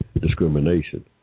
discrimination